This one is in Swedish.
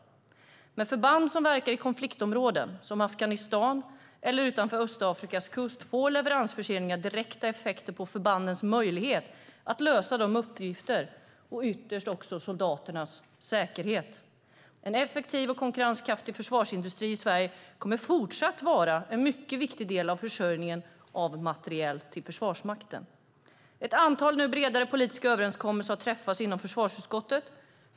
När det gäller förband som verkar i konfliktområden, som Afghanistan eller utanför Östafrikas kust, får leveransförseningar direkta effekter på förbandens möjlighet att lösa sina uppgifter och ytterst också soldaternas säkerhet. En effektiv och konkurrenskraftig försvarsindustri i Sverige kommer fortsatt att vara en mycket viktig del i försörjningen av materiel till Försvarsmakten. Ett antal bredare politiska överenskommelser har träffats inom försvarsutskottet.